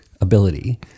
ability